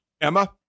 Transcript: Emma